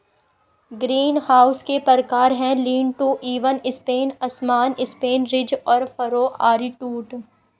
greenhouse के प्रकार है, लीन टू, इवन स्पेन, असमान स्पेन, रिज और फरो, आरीटूथ